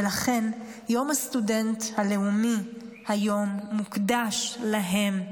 ולכן יום הסטודנט הלאומי היום מוקדש להם,